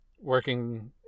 working